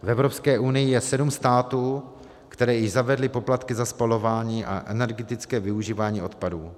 V Evropské unii je sedm států, které již zavedly poplatky za spalování a energetické využívání odpadů.